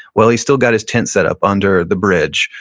well, he still got his tent set up under the bridge,